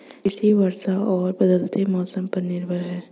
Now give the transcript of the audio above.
कृषि वर्षा और बदलते मौसम पर निर्भर है